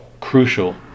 crucial